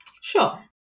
Sure